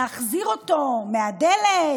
נחזיר אותו מהדלת,